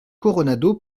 coronado